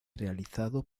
realizado